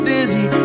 Dizzy